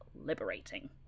liberating